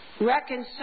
reconcile